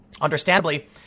Understandably